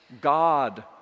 God